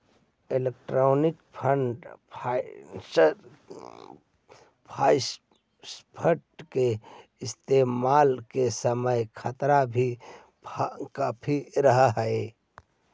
electronic fund transfer के इस्तेमाल के समय खतरा भी काफी रहअ हई